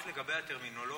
רק לגבי הטרמינולוגיה.